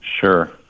Sure